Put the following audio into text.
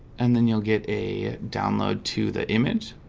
and then you'll get a download to the image